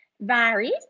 varies